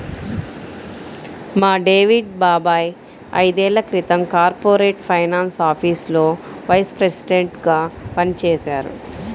మా డేవిడ్ బాబాయ్ ఐదేళ్ళ క్రితం కార్పొరేట్ ఫైనాన్స్ ఆఫీసులో వైస్ ప్రెసిడెంట్గా పనిజేశారు